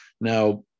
Now